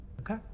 okay